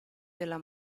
della